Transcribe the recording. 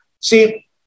See